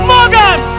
Morgan